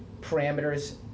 parameters